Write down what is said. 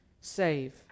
save